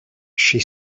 she